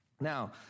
Now